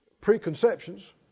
preconceptions